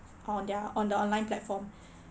on their on the online platform